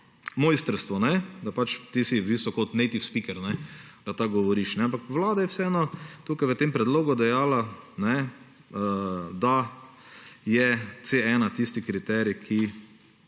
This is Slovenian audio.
mojstrstvo – da si ti v bistvu kot native speaker, da tako govoriš. Vlada je vseeno v tem predlogu dejala, da je C1 tisti kriterij, o